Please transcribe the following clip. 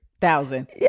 thousand